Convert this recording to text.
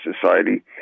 society